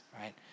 right